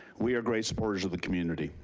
we are great supporters of the community,